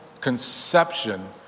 conception